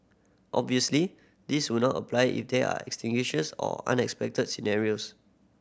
obviously this will not apply if there are extinguishes or unexpected scenarios